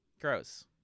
Gross